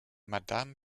madame